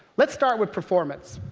let's start with performance.